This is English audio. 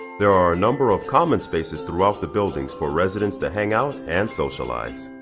there are a number of common spaces throughout the buildings for residents to hang out and socialize.